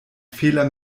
fehler